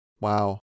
Wow